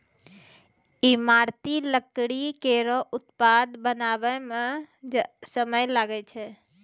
ईमारती लकड़ी केरो उत्पाद बनावै म समय लागै छै